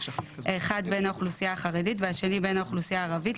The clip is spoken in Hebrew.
האחד בן האוכלוסייה החרדית והשני בן האוכלוסייה הערבית,